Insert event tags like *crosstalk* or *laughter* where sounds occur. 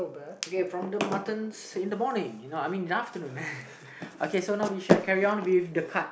okay from the Muttons in the morning you know I mean in the afternoon *laughs* okay so now we shall carry on with the card